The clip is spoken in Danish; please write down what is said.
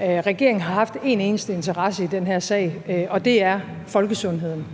Regeringen har haft en eneste interesse i den her sag, og det er folkesundheden,